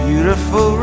Beautiful